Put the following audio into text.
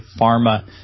pharma